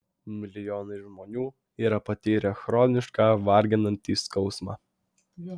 milijonai žmonių yra patyrę chronišką varginantį skausmą